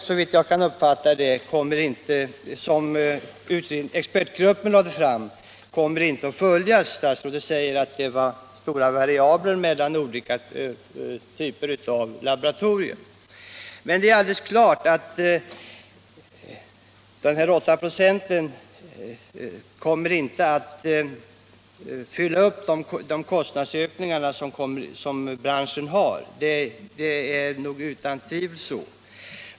Såvitt jag förstår kommer emellertid inte expertgruppens förslag att följas. Statsrådet säger att det finns stora variabler mellan olika typer av laboratorier, men det är alldeles klart att 8 26 inte kommer att täcka branschens kostnadsökningar.